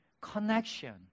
Connection